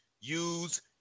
use